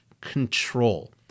control